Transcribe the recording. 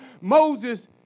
Moses